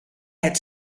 het